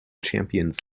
champions